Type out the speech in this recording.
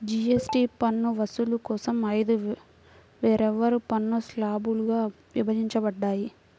GST పన్ను వసూలు కోసం ఐదు వేర్వేరు పన్ను స్లాబ్లుగా విభజించబడ్డాయి